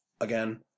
Again